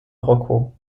rocco